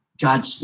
God